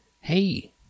hey